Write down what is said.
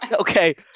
okay